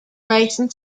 racing